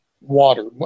water